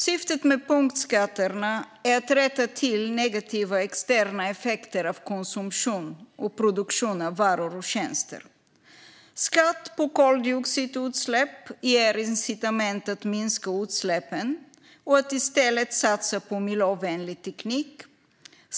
Syftet med punktskatterna är att rätta till negativa externa effekter av konsumtion och produktion av varor och tjänster. Skatt på koldioxidutsläpp ger incitament att minska utsläppen och att i stället satsa på miljövänlig teknik.